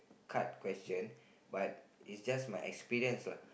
card question but it just my experience lah